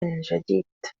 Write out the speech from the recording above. جديد